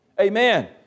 Amen